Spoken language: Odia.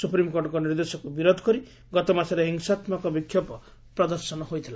ସୁପ୍ରିମ୍କୋର୍ଟଙ୍କ ନିର୍ଦ୍ଦେଶକୁ ବିରୋଧ କରି ଗତମାସରେ ହିଂସାତ୍ଲକ ବିକ୍ଷୋଭ ପ୍ରଦର୍ଶନ ହୋଇଥିଲା